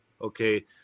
Okay